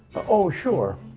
oh, sure.